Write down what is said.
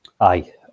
Aye